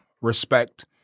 respect